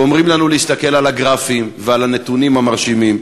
אומרים לנו להסתכל על הגרפים ועל הנתונים המרשימים,